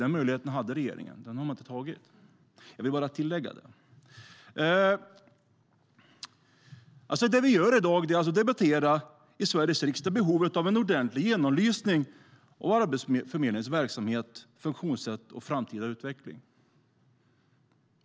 Den möjligheten hade regeringen, och den har man inte tagit. Vi debatterar i dag i Sveriges riksdag behovet av en ordentlig genomlysning av Arbetsförmedlingens verksamhet, funktionssätt och framtida utveckling.